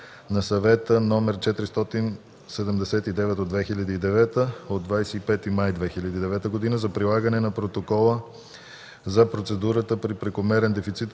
на Съвета (ЕО) № 479/2009 от 25 май 2009 г. за прилагане на Протокола за процедурата при прекомерен дефицит,